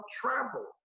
travel